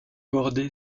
bordé